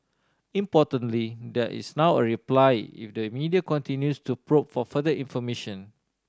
importantly there is now a reply if the media continues to probe for further information